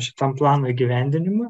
šitam plano įgyvendinimui